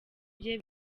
bye